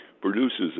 produces